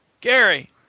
Gary